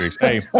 Hey